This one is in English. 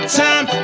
time